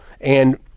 And-